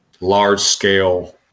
Large-scale